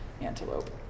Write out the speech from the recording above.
antelope